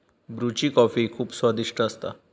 ब्रुची कॉफी खुप स्वादिष्ट असता